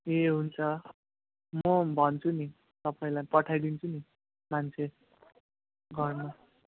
ए हुन्छ म भन्छु नि तपाईँलाई पठाइदिन्छु नि मान्छे घरमा